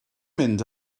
mynd